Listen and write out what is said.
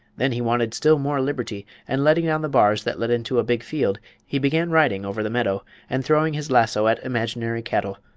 then he wanted still more liberty, and letting down the bars that led into a big field he began riding over the meadow and throwing his lasso at imaginary cattle,